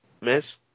Miss